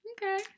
okay